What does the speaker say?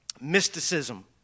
mysticism